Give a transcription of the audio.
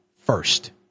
first